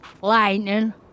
Lightning